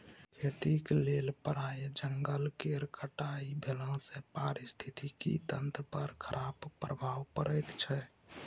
खेतीक लेल प्राय जंगल केर कटाई भेलासँ पारिस्थितिकी तंत्र पर खराप प्रभाव पड़ैत छै